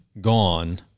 gone